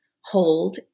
hold